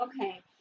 Okay